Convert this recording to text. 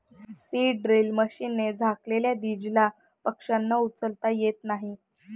seed drill मशीनने झाकलेल्या दीजला पक्ष्यांना उचलता येत नाही